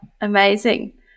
amazing